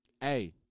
hey